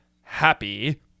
happy